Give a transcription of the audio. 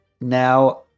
Now